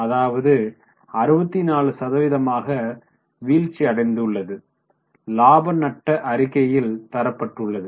அதாவது 64 சதவீதமாக வீழ்ச்சியடைந்தது இலாப நட்டக் அறிக்கையில் தரப்பட்டுள்ளது